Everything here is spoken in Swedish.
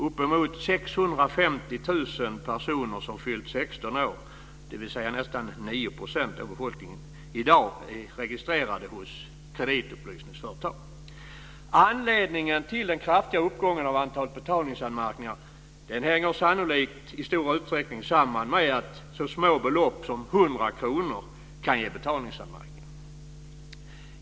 Uppemot 650 000 personer som fyllt 16 år, dvs. nästan 9 % av befolkningen, är i dag registrerade hos kreditupplysningsföretag. Den kraftiga uppgången av antalet betalningsanmärkningar hänger sannolikt i stor utsträckning samman med att så små belopp som 100 kr kan ge betalningsanmärkningar.